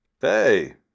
hey